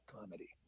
comedy